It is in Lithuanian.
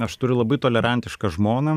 aš turiu labai tolerantišką žmoną